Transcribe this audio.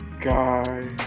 guy